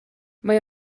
mae